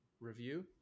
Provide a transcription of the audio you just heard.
review